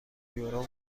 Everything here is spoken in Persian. یورو